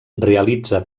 realitza